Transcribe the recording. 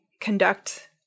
conduct